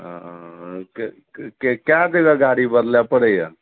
हँ कै जगह गाड़ी बदलै पड़ैए